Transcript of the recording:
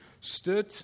stood